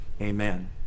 amen